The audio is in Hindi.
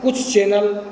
कुछ चैनल